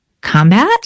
combat